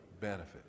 benefit